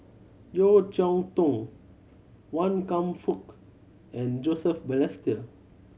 Yeo Cheow Tong Wan Kam Fook and Joseph Balestier